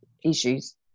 issues